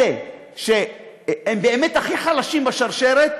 אלה שהם באמת הכי חלשים בשרשרת,